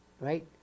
Right